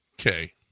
Okay